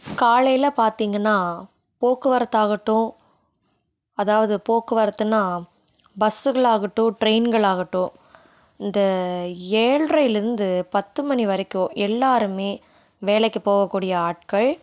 காலையில் பார்த்தீங்கன்னா போக்குவரத்து ஆகட்டும் அதாவது போக்குவரத்துன்னால் பஸ்ஸுகளாக ஆகட்டும் ட்ரெயின்கள் ஆகட்டும் இந்த ஏழரையிலேருந்து பத்து மணி வரைக்கும் எல்லாருமே வேலைக்கு போகக்கூடிய ஆட்கள்